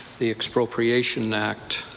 the expropriation act.